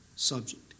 Subject